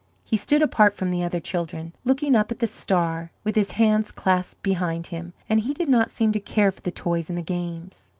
he stood apart from the other children, looking up at the star, with his hands clasped behind him, and he did not seem to care for the toys and the games.